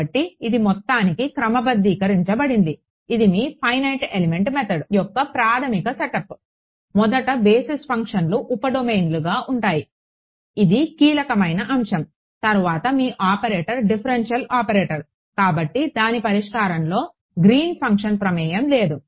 కాబట్టి ఇది మొత్తానికి క్రమబద్ధీకరించబడింది ఇది మీ ఫైనైట్ ఎలిమెంట్ మెథడ్ యొక్క ప్రాథమిక సెటప్ మొదట బేసిస్ ఫంక్షన్లు ఉప డొమైన్గా ఉంటాయి ఇది కీలకమైన అంశం తరువాత మీ ఆపరేటర్ డిఫ్ఫరెన్షియల్ ఆపరేటర్ కాబట్టి దాని పరిష్కారంలో గ్రీన్ ఫంక్షన్ ప్రమేయం లేదు